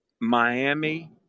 miami